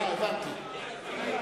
הוא עולה עכשיו